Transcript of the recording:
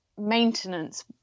maintenance